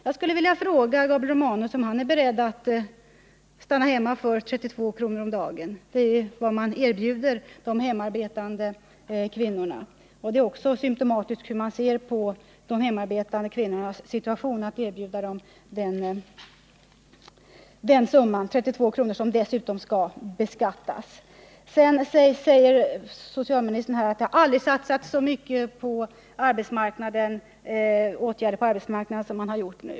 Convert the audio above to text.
Jag skulle vilja fråga Gabriel Romanus om han är beredd att stanna hemma för 32 kr. om dagen. Det är vad man erbjuder de hemarbetande kvinnorna, och det är också symtomatiskt för hur man ser på de hemarbetande kvinnornas situation, att man erbjuder dem den summan, 32 kr., som dessutom skall beskattas. Socialministern säger att det har aldrig satsats så mycket på åtgärder på arbetsmarknaden som nu.